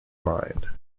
mind